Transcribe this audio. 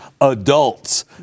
adults